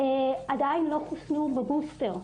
עדיין לא חוסנו בבוסטר.